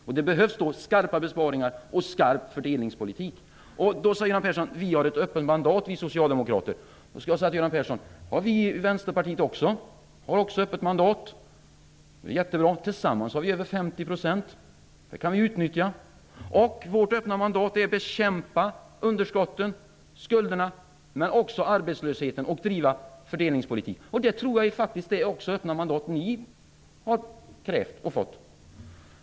Det som behövs är skarpa besparingar och en skarp fördelningspolitik. Göran Persson säger då att man inom socialdemokratin har ett öppet mandat. Det har vi i Vänsterpartiet också, vi har också ett öppet mandat. Tillsammans har vi också över 50 % av mandaten här i riksdagen. Det kan vi utnyttja. Vårt öppna mandat innebär att vi skall bekämpa underskotten och skulderna men också arbetslösheten och att driva fördelningspolitik. Jag tror att det också är det öppna mandat som ni har krävt och fått.